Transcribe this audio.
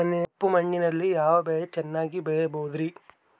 ಕಪ್ಪು ಮಣ್ಣಿನಲ್ಲಿ ಯಾವ ಬೆಳೆ ಚೆನ್ನಾಗಿ ಬೆಳೆಯಬಹುದ್ರಿ?